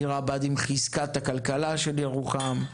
עיר הבה"דים חיזקה את הכלכלה של ירוחם.